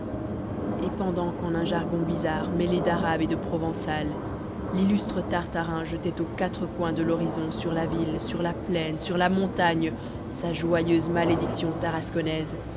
et pendant qu'en un jargon bizarre mêlé d'arabe et de provençal l'illustre tartarin jetait aux quatre coins de l'horizon sur la ville sur la plaine sur la montagne sa joyeuse malédiction tarasconnaise